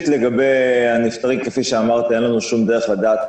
לגבי הנפטרים כפי שאמרת, אין לנו שום דרך לדעת